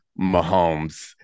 Mahomes